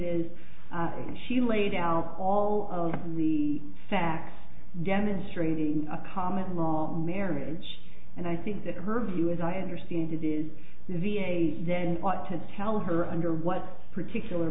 that she laid out all the facts demonstrating a common law marriage and i think that her view as i understand it is the v a s then ought to tell her under what particular